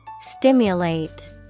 Stimulate